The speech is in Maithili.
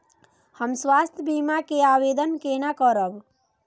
हम स्वास्थ्य बीमा के आवेदन केना करब?